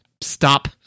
stop